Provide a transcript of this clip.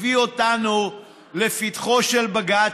הביאו אותנו לפתחו של בג"ץ,